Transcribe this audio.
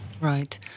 Right